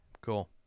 Cool